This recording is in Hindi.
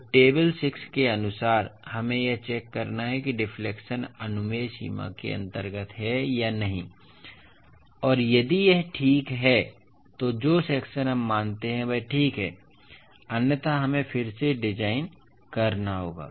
तो टेबल 6 के अनुसार हमें यह चेक करना है कि डिफ्लेक्शन अनुमेय सीमा के अंतर्गत है या नहीं और यदि यह ठीक है तो जो सेक्शन हम मानते हैं वह ठीक है अन्यथा हमें फिर से डिजाइन करना होगा